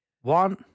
One